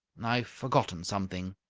i've forgotten something!